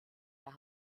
der